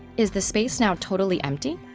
is the space now totally empty?